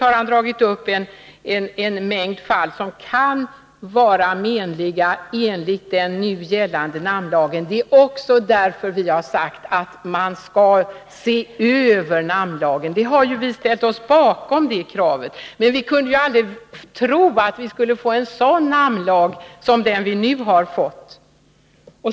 Han har dragit upp en mängd fall som kan vara menliga enligt den nu gällande namnlagen. Det är också därför som vi har sagt att man skall se över namnlagen. Vi har ju ställt oss bakom det kravet. Men vi kunde aldrig tro att vi skulle få en sådan namnlag som vi nu har fått.